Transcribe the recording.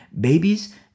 babies